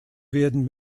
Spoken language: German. werden